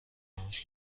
فراموش